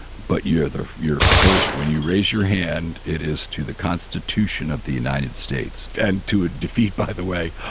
but you are your first when you raise your hand it is to the constitution of the united states and to a defeat by the way.